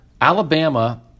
Alabama